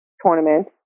tournament